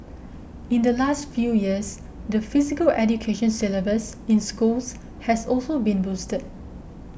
in the last few years the Physical Education syllabus in schools has also been boosted